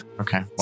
Okay